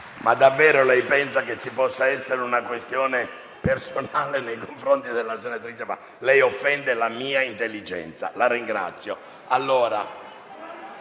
Davvero lei pensa che possa esserci una questione personale nei confronti della senatrice Faggi? Lei offende la mia intelligenza. La ringrazio.